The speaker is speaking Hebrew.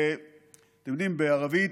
אתם יודעים, בערבית,